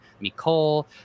Nicole